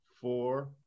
four